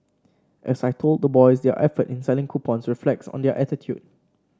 as I told the boys their effort in selling coupons reflects on their attitude